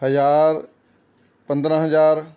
ਹਜ਼ਾਰ ਪੰਦਰ੍ਹਾਂ ਹਜ਼ਾਰ